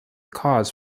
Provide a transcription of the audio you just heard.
cause